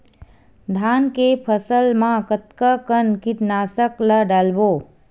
धान के फसल मा कतका कन कीटनाशक ला डलबो?